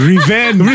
Revenge